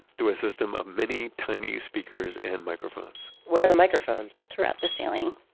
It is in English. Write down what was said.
through a system of many tiny speakers and microphones where are the microphones? throughout the ceiling.